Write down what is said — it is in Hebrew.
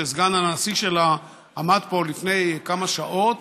שסגן הנשיא שלה עמד פה לפני כמה שעות,